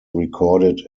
recorded